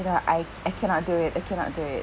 you know I I cannot do it you cannot do it